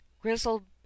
grizzled